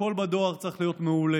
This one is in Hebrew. הכול בדואר צריך להיות מעולה,